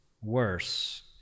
worse